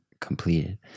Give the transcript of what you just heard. completed